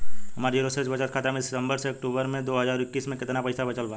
हमार जीरो शेष बचत खाता में सितंबर से अक्तूबर में दो हज़ार इक्कीस में केतना पइसा बचल बा?